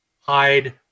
hide